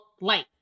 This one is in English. light